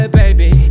baby